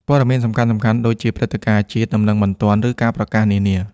ព័ត៌មានសំខាន់ៗ ដូចជាព្រឹត្តិការណ៍ជាតិ ដំណឹងបន្ទាន់ ឬការប្រកាសនានា។